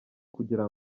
kugira